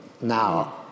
now